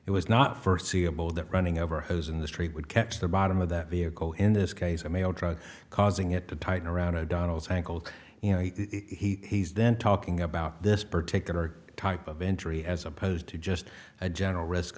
it was not first seeable that running ever has in the street would catch the bottom of that vehicle in this case of mail truck causing it to tighten around o'donnell's ankle you know he's then talking about this particular type of injury as opposed to just a general risk